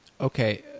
Okay